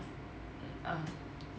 uh